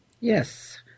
Yes